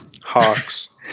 Hawks